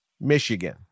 Michigan